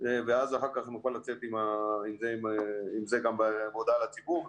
ואז אחר כך נוכל לצאת עם זה בהודעה לציבור.